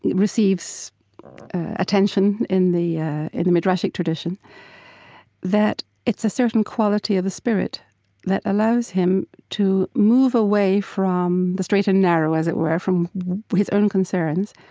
receives attention in the in the midrashic tradition that it's a certain quality of the spirit that allows him to move away from the straight and narrow, as it were, from his own concerns,